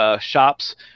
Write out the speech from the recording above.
Shops